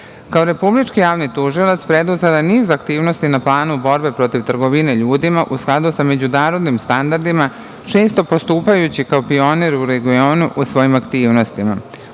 Republički javni tužilac, preduzela je niz aktivnosti na planu borbe protiv trgovine ljudima, u skladu sa međunarodnim standardima, često postupajući kao pionir u regionu u svojim aktivnostima.U